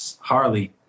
Harley